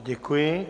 Děkuji.